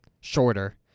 shorter